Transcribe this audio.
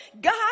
God